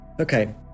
Okay